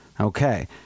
Okay